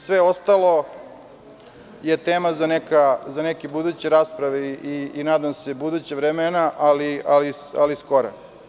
Sve ostalo je tema za neke buduće rasprave i, nadam se, buduća vremena, ali skora.